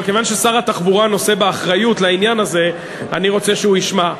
אבל כיוון ששר התחבורה נושא באחריות לעניין הזה אני רוצה שהוא ישמע.